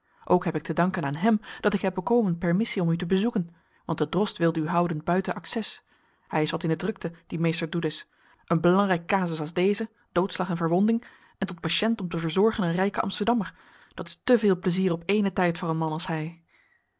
ook heb ik te danken aan hem dat ik heb bekomen permissie om u te bezoeken want de drost wilde u houden buiten accès hij is wat in de drukte die meester doedes een belangrijk casus als deze doodslag en verwonding en tot patiënt om te verzorgen een rijken amsterdammer dat is te veel plaisier op éénen tijd voor een man als hij